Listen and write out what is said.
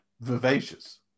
vivacious